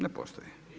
Ne postoji.